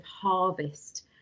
harvest